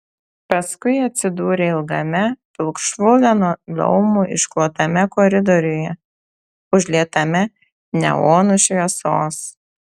paskui atsidūrė ilgame pilkšvu linoleumu išklotame koridoriuje užlietame neonų šviesos